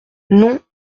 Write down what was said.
non